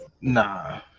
Nah